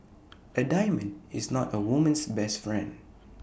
A diamond is not A woman's best friend